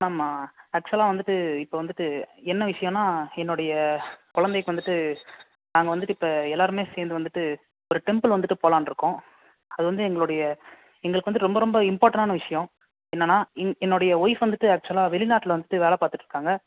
ma'am ஆக்சுவலாக வந்துட்டு இப்போ வந்துட்டு என்ன விஷயன்னா என்னுடைய கொழந்தைக்கி வந்துட்டு நாங்கள் வந்துட்டு இப்போ எல்லாேருமே சேர்ந்து வந்துட்டு ஒரு டெம்பிள் வந்துட்டு போகலான்ருக்கோம் அது வந்து எங்களுடைய எங்களுக்கு வந்து ரொம்ப ரொம்ப இம்பார்டன்ட்டான விஷயம் என்னென்னா என் என்னுடைய ஒய்ஃப் வந்துட்டு ஆக்சுவலாக வெளிநாட்டில் வந்துட்டு வேலை பார்த்துட்ருக்காங்க